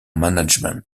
management